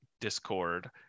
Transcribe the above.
discord